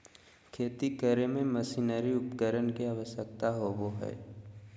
खेती करे में मशीनरी उपकरण के आवश्यकता होबो हइ